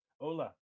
ola